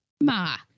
Ma